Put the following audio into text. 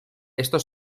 esto